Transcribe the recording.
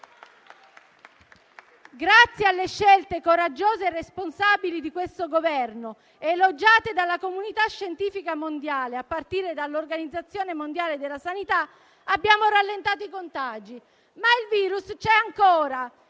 Grazie alle scelte coraggiose e responsabili di questo Governo, elogiate dalla comunità scientifica mondiale, a partire dall'Organizzazione mondiale della sanità, abbiamo rallentato i contagi, ma il virus c'è ancora